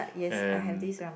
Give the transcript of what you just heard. and